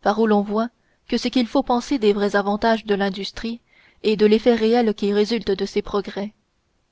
par où l'on voit ce qu'il faut penser des vrais avantages de l'industrie et de l'effet réel qui résulte de ses progrès